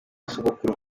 sogokuru